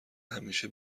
همیشه